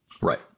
Right